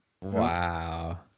Wow